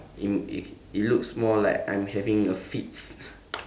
in it it looks more like I'm having a fits